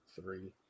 Three